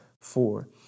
four